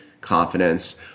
confidence